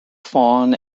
fawn